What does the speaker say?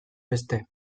beste